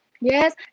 Yes